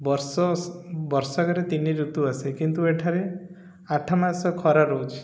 ବର୍ଷ ବର୍ଷକରେ ତିନି ଋତୁ ଆସେ କିନ୍ତୁ ଏଠାରେ ଆଠ ମାସ ଖରା ରହୁଛି